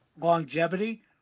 longevity